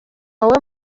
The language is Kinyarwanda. wowe